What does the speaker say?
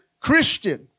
Christian